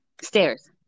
Stairs